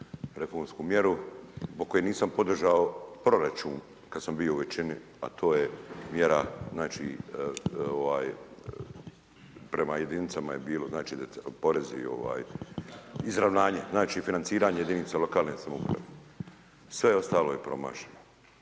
reformsku mjeru zbog koje nisam podržao proračun kad sam bio u većini a to je mjera prema jedinicama je bilo, znači porezi, izravnanje, znači financiranje jedinica lokalne samouprave. Sve ostalo je promašeno.